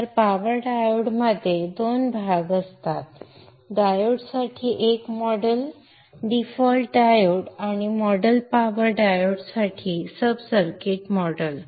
तर पॉवर डायोडमध्ये 2 भाग असतात डायोडसाठी एक मॉडेल डिफॉल्ट डायोड आणि मॉडेल पॉवर डायोडसाठी सब सर्किट मॉडेल